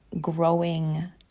growing